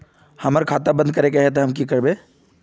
हमर खाता बंद करे के है ते हम की करबे?